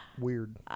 weird